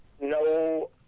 no